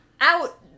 out